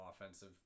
offensive